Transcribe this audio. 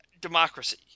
Democracy